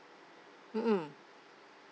mm mm